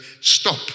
Stop